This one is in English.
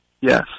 Yes